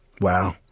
Wow